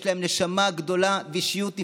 יש להם נשמה גדולה ואישיות נפלאה.